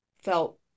felt